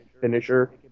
finisher